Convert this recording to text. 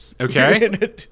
Okay